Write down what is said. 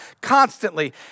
constantly